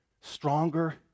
stronger